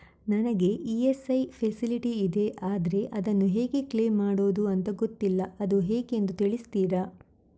ನನಗೆ ESIC facility ಇದೆ ಆದ್ರೆ ಅದನ್ನು ಹೇಗೆ ಕ್ಲೇಮ್ ಮಾಡೋದು ಅಂತ ಗೊತ್ತಿಲ್ಲ ಅದು ಹೇಗೆಂದು ತಿಳಿಸ್ತೀರಾ?